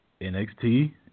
NXT